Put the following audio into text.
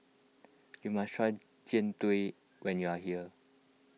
you must try Jian Dui when you are here